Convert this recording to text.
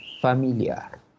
familiar